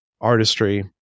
artistry